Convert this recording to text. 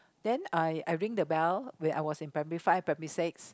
then I I ring the bell when I was in primary five primary six